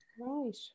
Right